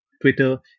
Twitter